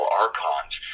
archons